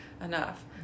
enough